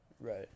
Right